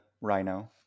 rhino